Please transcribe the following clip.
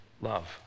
love